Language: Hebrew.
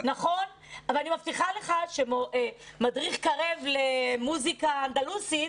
אבל אני מבטיחה לך שמדריך קרב למוזיקה אנדלוסית,